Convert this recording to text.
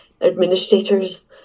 administrators